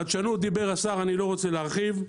השר דיבר על חדשנות, אני לא רוצה להרחיב.